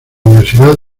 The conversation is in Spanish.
universidad